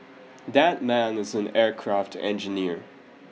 that man is an aircraft engineer